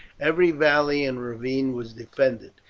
every valley and ravine was defended,